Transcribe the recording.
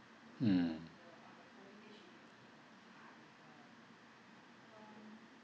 mm